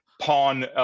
Pawn